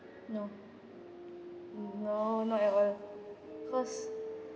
no not ever cause